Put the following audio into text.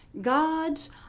gods